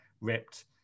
ripped